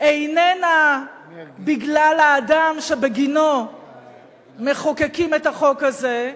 איננה בגלל האדם שבגינו מחוקקים את החוק הזה,